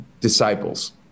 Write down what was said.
disciples